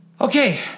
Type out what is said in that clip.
Okay